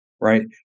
right